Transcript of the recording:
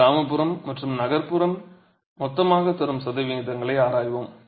கிராமப்புறம் மற்றும் நகர்ப்புறம் மொத்தமாகத் தரும் சதவீதங்களை ஆராய்வோம்